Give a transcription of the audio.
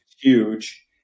huge